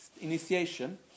initiation